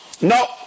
No